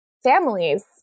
families